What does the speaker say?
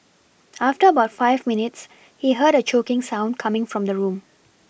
after about five minutes he heard a choking sound coming from the room